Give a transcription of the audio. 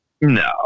No